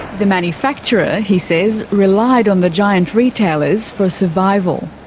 the manufacturer, he says, relied on the giant retailers for survival.